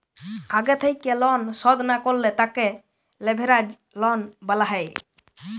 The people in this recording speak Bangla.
আগে থেক্যে লন শধ না করলে তাকে লেভেরাজ লন বলা হ্যয়